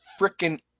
freaking